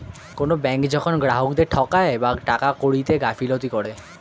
কোনো ব্যাঙ্ক যখন গ্রাহকদেরকে ঠকায় বা টাকা কড়িতে গাফিলতি করে